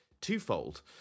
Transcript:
twofold